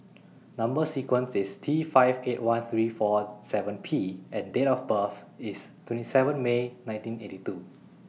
Number sequence IS T five eight one three four Zero seven P and Date of birth IS twenty seven May nineteen eighty two